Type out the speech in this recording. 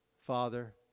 father